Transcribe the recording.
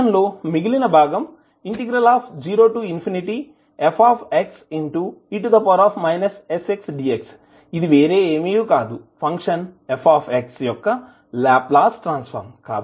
expression లో మిగిలిన భాగం 0fxe sxdx ఇది వేరే ఏమీకాదు ఫంక్షన్ f యొక్క లాప్లాస్ ట్రాన్సఫర్మ్